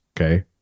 okay